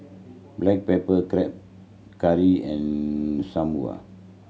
black pepper crab curry and Sam Lau